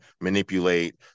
manipulate